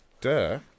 Duh